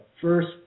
first